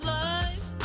life